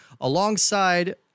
alongside